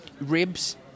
Ribs